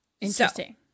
Interesting